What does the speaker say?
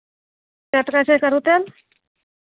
कए टके छै करू तेल